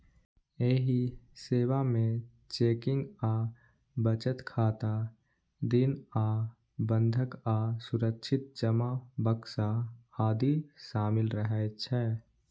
एहि सेवा मे चेकिंग आ बचत खाता, ऋण आ बंधक आ सुरक्षित जमा बक्सा आदि शामिल रहै छै